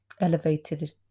elevated